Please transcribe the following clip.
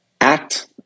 act